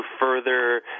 further